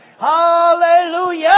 Hallelujah